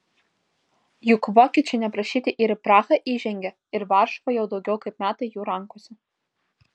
juk vokiečiai neprašyti ir į prahą įžengė ir varšuva jau daugiau kaip metai jų rankose